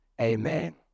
Amen